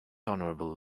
honorable